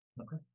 Okay